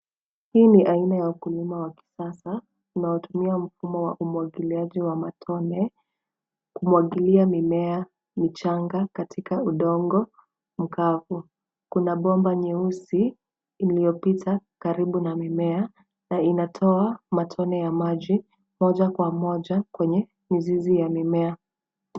Hii ni aina ya ukulima wa kisasa unaotumia mfumo wa umwagiliaji wa matone kumwagilia mimea michanga katika udongo mkavu. Kuna bomba nyeusi iliyopita karibu na mimea na inatoa matone ya maji moja kwa moja kwenye mizizi ya mimea.